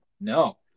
No